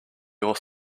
your